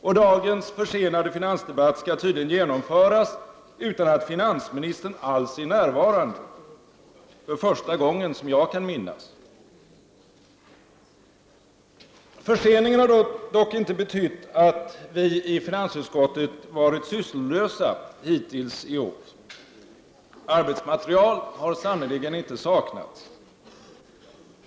Och dagens försenade finansdebatt skall tydligen genomföras utan att finansministern alls är närvarande — för första gången som jag kan minnas. Förseningen har dock inte betytt att vi i finansutskottet varit sysslolösa hittills i år. Arbetsmaterial har sannerligen inte saknats.